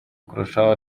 kurushaho